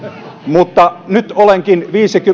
mutta nyt olenkin